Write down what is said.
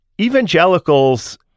evangelicals